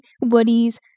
Woody's